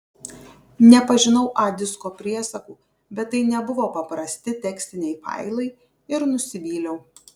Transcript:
nepažinau a disko priesagų bet tai nebuvo paprasti tekstiniai failai ir nusivyliau